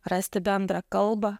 rasti bendrą kalbą